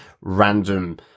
random